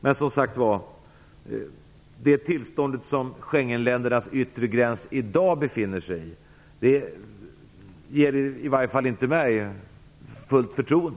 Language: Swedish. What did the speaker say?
Men det tillstånd som Schengenländernas yttre gräns i dag befinner sig i inger i varje fall inte mig fullt förtroende.